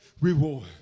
reward